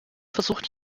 versucht